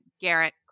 Garrett